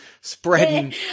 spreading